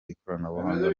ikoranabuhanga